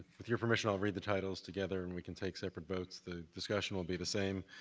with your permission i will read the titles together and we can take separate votes. the discussion will be the same.